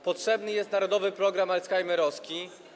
Potrzebny jest narodowy program alzheimerowski.